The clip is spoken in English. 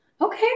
Okay